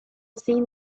seen